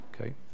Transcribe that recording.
okay